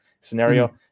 scenario